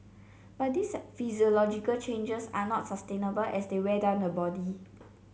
but these physiological changes are not sustainable as they wear down the body